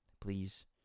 Please